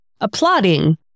applauding